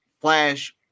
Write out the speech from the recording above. Flash